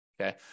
okay